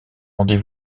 rendez